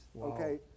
okay